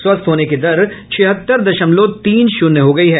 स्वस्थ होने की दर छिहत्तर दशमलव तीन शून्य हो गयी है